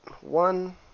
one